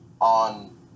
on